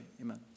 Amen